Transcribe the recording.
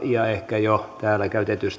ja ehkä jo täällä käytettyjen